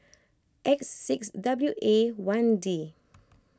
X six W A one D